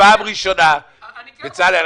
בצלאל,